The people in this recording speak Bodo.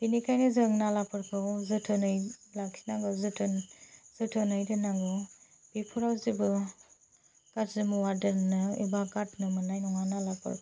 बेनिखायनो जों नालाफोरखौ जोथोनै लाखिनांगौ जोथोन जोथोनै दोननांगौ बेफ्राव जेबो गाज्रि मुवा दोननो एबा गारनो मोननाय नङा नालाफ्रावबो